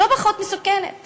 היא לא פחות מסוכנת